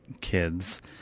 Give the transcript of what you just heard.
kids